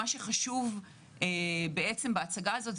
מה שחשוב בהצגה הזאת,